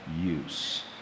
use